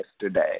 yesterday